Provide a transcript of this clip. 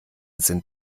sind